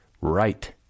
right